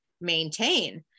maintain